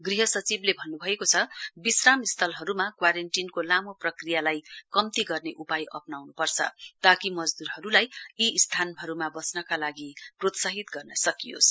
गृह सचिवले भन्नुभएको छ विश्राम स्थलहरूमा क्वारेन्टीनको लामो प्रक्रियालाई कम्ती गर्ने उपाय अप्नाउन्पर्छ ताकि मजदूरहरूलाई यी स्थानहरूमा बस्नका लागि प्रोत्साहित गर्न सकियोस्